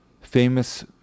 famous